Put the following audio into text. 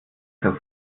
zur